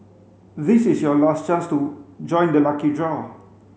this is your last chance to join the lucky draw